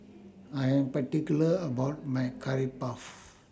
I Am particular about My Curry Puff